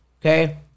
Okay